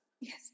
Yes